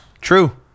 true